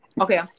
okay